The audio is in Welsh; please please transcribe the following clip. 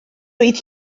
oedd